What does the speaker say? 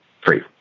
free